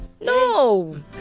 no